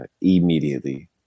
immediately